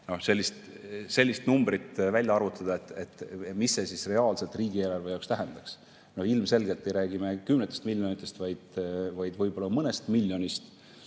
sellist numbrit välja arvutada, mida see siis reaalselt riigieelarve jaoks tähendaks. Ilmselgelt ei räägi me kümnetest miljonitest, vaid võib-olla mõnest miljonist.